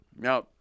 Now